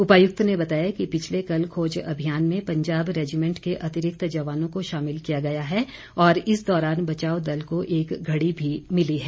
उपायुक्त ने बताया कि पिछले कल खोज अभियान में समदो से पंजाब रेजिमेंट के अतिरिक्त जवानों को शामिल किया गया है और इस दौरान बचाव दल को एक घड़ी भी मिली है